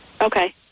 Okay